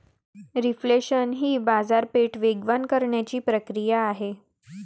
reflation ही बाजारपेठ वेगवान करण्याची प्रक्रिया आहे